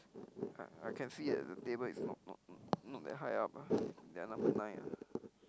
I I can see that the table is not not not that high up ah then number nine ah